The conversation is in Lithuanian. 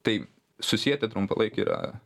tai susieti trumpalaikį yra